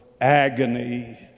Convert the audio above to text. agony